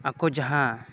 ᱟᱠᱚ ᱡᱟᱦᱟᱸ